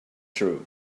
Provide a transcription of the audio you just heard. true